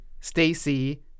Stacy